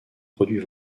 produits